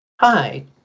Hi